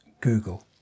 Google